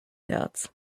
herz